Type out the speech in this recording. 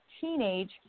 teenage